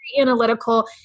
analytical